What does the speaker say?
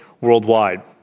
worldwide